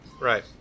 Right